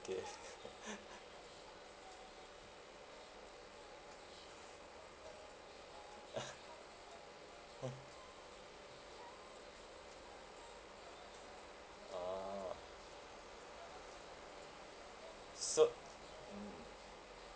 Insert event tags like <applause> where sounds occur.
<laughs> <laughs> hmm ah so mm